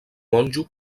monjo